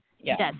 Yes